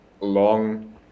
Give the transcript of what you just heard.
long